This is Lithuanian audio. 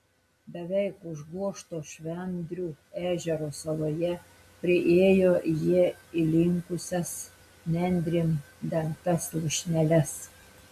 beveik užgožto švendrių ežero saloje priėjo jie įlinkusias nendrėm dengtas lūšneles